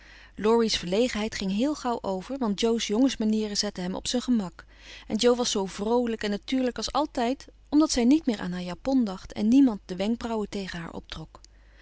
laurie's verlegenheid ging heel gauw over want jo's jongensmanieren zetten hem op zijn gemak en jo was zoo vroolijk en natuurlijk als altijd omdat zij niet meer aan haar japon dacht en niemand de wenkbrauwen tegen haar optrok